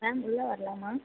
ma'am உள்ளே வரலாமா